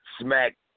smack